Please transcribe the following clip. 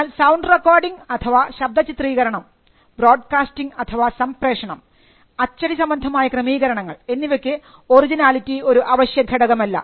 എന്നാൽ sound recording അഥവാ ശബ്ദ ചിത്രീകരണം ബ്രോഡ്കാസ്റ്റിങ് അഥവാ സംപ്രേഷണം അച്ചടി സംബന്ധമായ ക്രമീകരണങ്ങൾ എന്നിവയ്ക്ക് ഒറിജിനാലിറ്റി ഒരു അവശ്യ ഘടകമല്ല